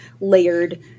layered